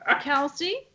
Kelsey